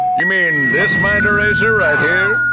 you mean. this mind eraser right here?